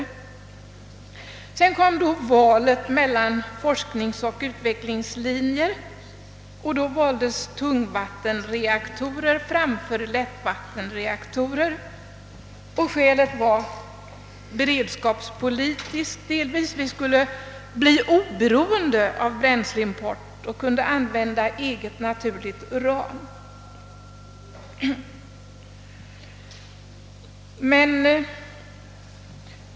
Sedan kom då valet mellan forskningsoch utvecklingslinjer. Man valde tungvattenreaktorer framför lättvattenreaktorer. Skälet härtill var delvis beredskapspolitiskt; vi skulle bli oberoende av bränsleimport, och vi kunde använda eget naturligt uran.